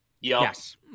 Yes